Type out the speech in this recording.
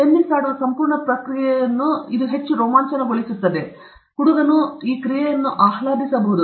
tennis ಆಡುವ ಸಂಪೂರ್ಣ ಪ್ರಕ್ರಿಯೆಯನ್ನು ಹೆಚ್ಚು ರೋಮಾಂಚನಗೊಳಿಸುತ್ತದೆ ಮತ್ತು ಹೆಚ್ಚು ಆಹ್ಲಾದಿಸಬಹುದು